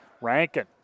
Rankin